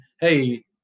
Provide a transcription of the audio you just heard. hey